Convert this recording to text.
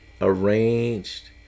arranged